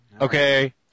Okay